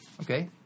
okay